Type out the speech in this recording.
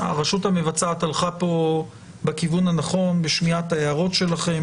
הרשות המבצעת הלכה כאן בכיוון הנכון בשמיעת ההערות שלכם.